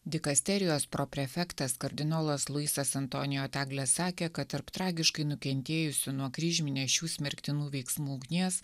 dikasterijos pro prefektas kardinolas luisas antonio tagle sakė kad tarp tragiškai nukentėjusių nuo kryžminės šių smerktinų veiksmų ugnies